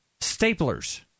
Staplers